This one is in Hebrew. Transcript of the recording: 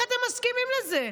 איך מסכימים לזה?